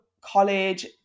college